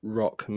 rock